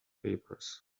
papers